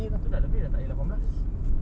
itu dah lebih dah tak yah lapan belas